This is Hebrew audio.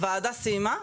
הוועדה סיימה,